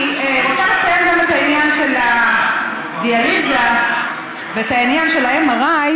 אני רוצה לציין גם את העניין של הדיאליזה ואת העניין של ה-MRI,